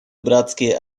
братские